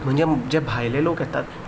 म्हणजे जें भायले लोक येता